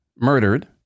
murdered